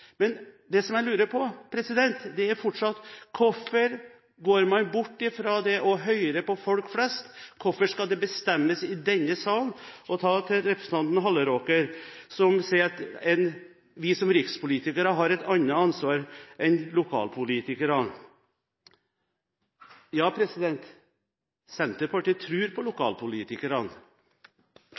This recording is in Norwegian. Det som jeg lurer på, er fortsatt: Hvorfor går man bort fra å høre på folk flest, hvorfor skal det bestemmes i denne sal? Til representanten Halleraker som sier at vi som rikspolitikere har et annet ansvar enn lokalpolitikere: Ja, Senterpartiet tror på lokalpolitikerne.